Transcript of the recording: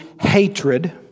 hatred